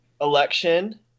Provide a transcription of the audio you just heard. election